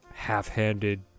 half-handed